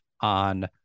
on